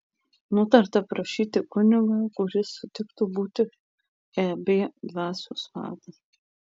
nutarta prašyti kunigą kuris sutiktų būti eb dvasios vadas